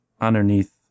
underneath